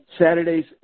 Saturdays